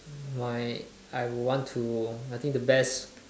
my I would want to I think the best